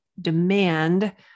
demand